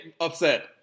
upset